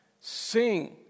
sing